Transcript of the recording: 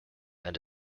and